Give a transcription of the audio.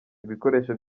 ibikoresho